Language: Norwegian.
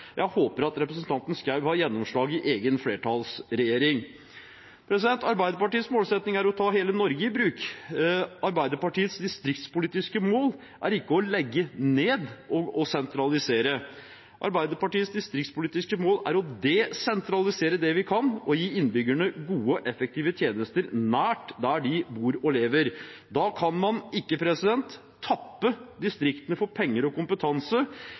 Jeg håper at representanten Schou har gjennomslag i egen flertallsregjering. Arbeiderpartiets målsetting er å ta hele Norge i bruk. Arbeiderpartiets distriktspolitiske mål er ikke å legge ned og sentralisere. Arbeiderpartiets distriktspolitiske mål er å desentralisere det vi kan, og gi innbyggerne gode og effektive tjenester nær der de bor og lever. Da kan man ikke tappe distriktene for penger og kompetanse,